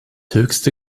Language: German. höchste